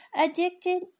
Addicted